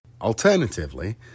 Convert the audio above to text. Alternatively